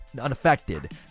Unaffected